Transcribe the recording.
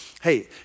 hey